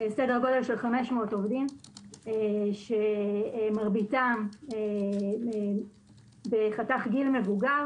סדר גודל של 500 עובדים שמרביתם בחתך גיל מבוגר